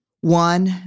One